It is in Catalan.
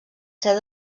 ser